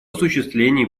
осуществлении